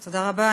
תודה רבה.